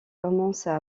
commencent